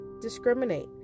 discriminate